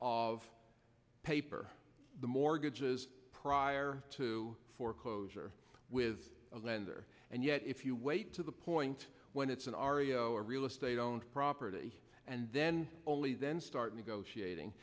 of paper the mortgages prior to foreclosure with a lender and yet if you wait to the point when it's an aria or real estate owned property and then only then start negotiating